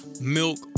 milk